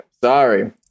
Sorry